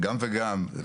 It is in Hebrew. גם וגם.